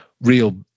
real